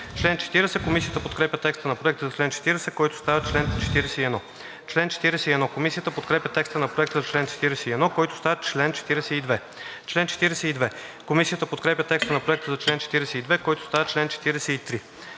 чл. 40. Комисията подкрепя текста на Проекта за чл. 40, който става чл. 41. Комисията подкрепя текста на Проекта за чл. 41, който става чл. 42. Комисията подкрепя текста на Проекта за чл. 42, който става чл. 43.